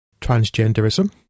transgenderism